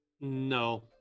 No